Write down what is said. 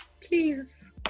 Please